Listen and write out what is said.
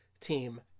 team